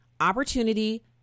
opportunity